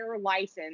license